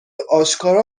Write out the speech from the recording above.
آشکارا